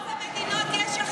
ברוב המדינות יש אכיפה.